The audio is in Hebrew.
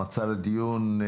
המצע לדיון: